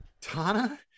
Tana